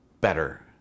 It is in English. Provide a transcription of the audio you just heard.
better